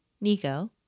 Nico